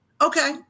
Okay